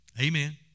Amen